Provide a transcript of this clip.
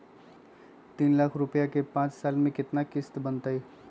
तीन लाख रुपया के पाँच साल के केतना किस्त बनतै?